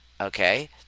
Okay